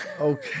okay